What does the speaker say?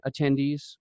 attendees